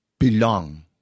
Belong